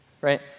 Right